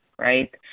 right